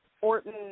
Orton